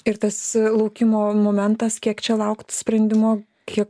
ir tas laukimo momentas kiek čia laukt sprendimo kiek